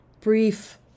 brief